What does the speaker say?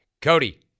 Cody